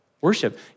worship